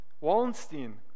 Wallenstein